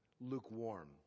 lukewarm